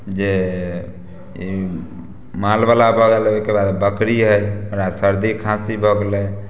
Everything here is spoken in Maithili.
जे ई मालवला बगल ओइके बाद बकरी हइ ओकरा सर्दी खाँसी भऽ गेलै